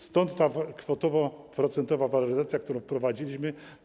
Stąd kwotowo-procentowa waloryzacja, którą wprowadziliśmy.